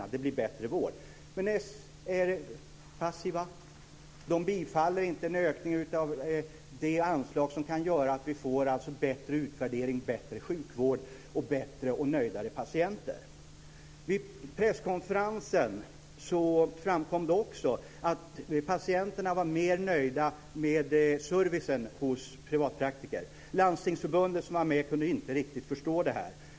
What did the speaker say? Men Socialdemokraterna är passiva. De bifaller inte en ökning av det anslag som kan göra att vi får en bättre utvärdering, en bättre sjukvård och nöjdare patienter. Vid presskonferensen framkom det också att patienterna var mer nöjda med servicen hos privatpraktiker. Landstingsförbundet som var med där kunde inte riktigt förstå det här.